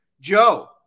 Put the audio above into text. Joe